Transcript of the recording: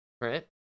right